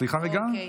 סליחה, רגע.